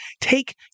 take